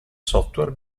software